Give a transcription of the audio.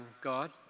God